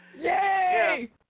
Yay